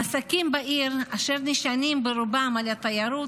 עסקים בעיר, אשר נשענים ברובם על התיירות,